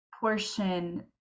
portion